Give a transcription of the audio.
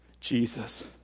Jesus